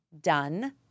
done